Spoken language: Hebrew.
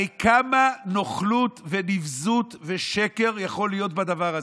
הרי כמה נוכלות ונבזות ושקר יכולים להיות בדבר הזה.